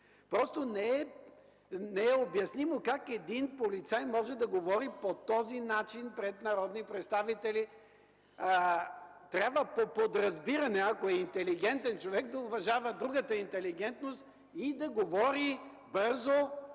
Просто не е обяснимо как един полицай може да говори по този начин пред народни представители. Трябва по подразбиране, ако е интелигентен човек, да уважава другата интелигентност и да говори бързо,